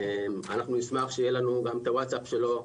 נשמח שיהיה לנו את הוואטסאפ שלו,